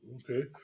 okay